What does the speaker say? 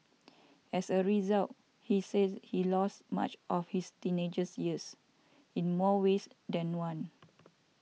as a result he said he lost much of his teenagers years in more ways than one